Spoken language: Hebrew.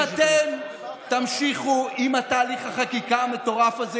אם אתם תמשיכו עם תהליך החקיקה המטורף הזה,